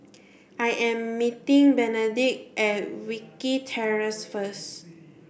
I am meeting Benedict at Wilkie Terrace first